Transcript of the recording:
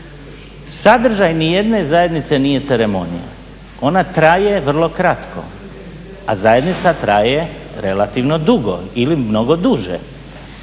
Sadržaj nijedne zajednice nije ceremonija. Ona traje vrlo kratko, a zajednica traje relativno dugo ili mnogo duže.